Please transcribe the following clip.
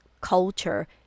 culture